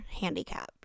handicapped